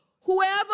Whoever